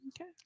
Okay